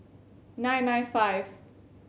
nine nine five